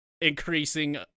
increasing